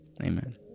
Amen